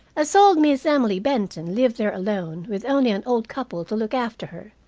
as old miss emily benton lived there alone, with only an old couple to look after her,